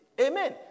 Amen